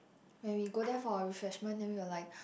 when we go there for our refreshment then we were like